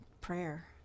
prayer